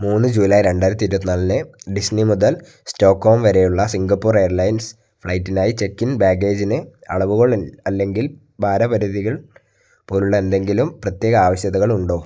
മൂന്ന് ജൂലൈ രണ്ടായിയിരത്തി ഇരുപത്തി നാലിന് ഡിസ്നി മുതൽ സ്റ്റോക്ക്ഹോം വരെയുള്ള സിംഗപ്പൂർ എയർലൈൻസ് ഫ്ലൈറ്റിനായ് ചെക്ക് ഇൻ ബാഗേജിന് അളവുകൾ അല്ലെങ്കിൽ ഭാര പരിധികൾ പോലുള്ള എന്തെങ്കിലും പ്രത്യേക ആവശ്യകതകളുണ്ടോ